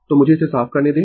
तो मुझे इसे साफ करने दें